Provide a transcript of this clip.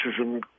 racism